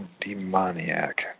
demoniac